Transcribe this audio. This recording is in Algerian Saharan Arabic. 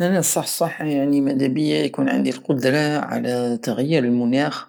انا الصح الصح مدابية يكون عندي القدرى على تغيير المناخ